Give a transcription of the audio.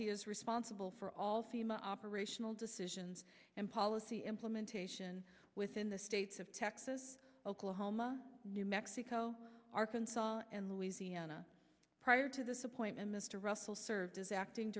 he is responsible for all sima operational decisions and policy implementation within the states of texas oklahoma new mexico arkansas and louisiana prior to disappoint and mr russell served as acting